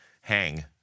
hang